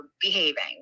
behaving